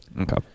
Okay